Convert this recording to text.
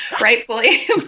rightfully